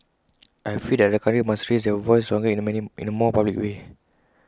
I feel that other countries must raise their voice stronger in A many in A more public way